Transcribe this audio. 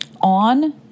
on